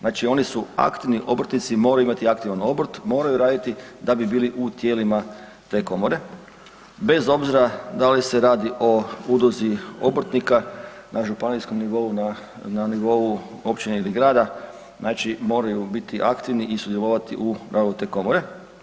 Znači oni su aktivni obrtnici i moraju imati aktivan obrt, moraju raditi da bi bili u tijelima te komore, bez obzira da li se radi o Udruzi obrtnika na županijskom nivou, na nivou općine i grada znači moraju biti aktivni i sudjelovati u radu te komore.